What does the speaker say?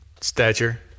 stature